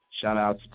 Shout-out